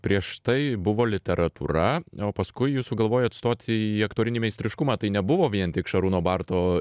prieš tai buvo literatūra o paskui jūs sugalvojot stot į aktorinį meistriškumą tai nebuvo vien tik šarūno barto